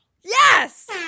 Yes